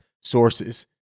sources